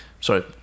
sorry